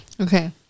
Okay